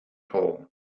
hole